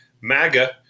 MAGA